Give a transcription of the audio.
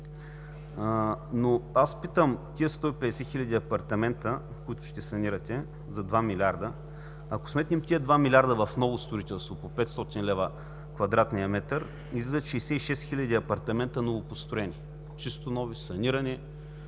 Но аз питам: тези 150 хил. апартамента, които ще санирате за два милиарда, ако сметнем тези два милиарда в ново строителство по 500 лв. квадратния метър, излизат 66 хил. апартамента, новопостроени – чисто нови, санирани,